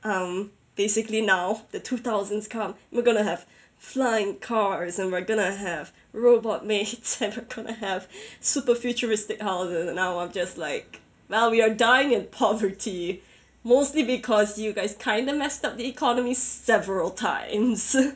um basically now the two thousands come we're gonna have flying cars and we're gonna have robot maids and we're gonna have super futuristic houses and now I'm just like well we are dying in poverty mostly because you guys kind of messed up the economy several times